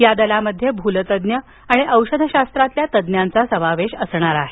यामध्ये भूलतज्ञ आणि औषधशास्त्रातील तज्ञांचा समावेश असणार आहे